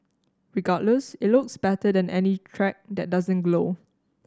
regardless it looks better than any track that doesn't glow